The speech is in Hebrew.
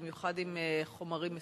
במיוחד משאיות עם חומרים מסוכנים.